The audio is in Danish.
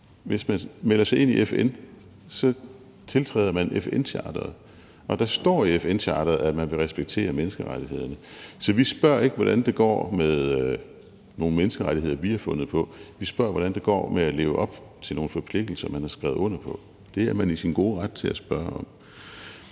hvis man melder sig ind i FN, tiltræder man FN-charteret, og der står i FN-charteret, at man vil respektere menneskerettighederne. Så vi spørger ikke, hvordan det går med nogle menneskerettigheder, vi har fundet på, vi spørger, hvordan det går med at leve op til nogle forpligtelser, man har skrevet under på. Det er man i sin gode ret til at spørge om.